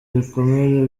ibikomere